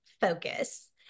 focus